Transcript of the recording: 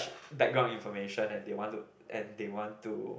background information and they want to and they want to